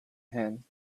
hand